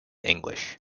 english